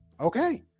okay